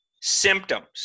symptoms